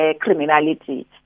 criminality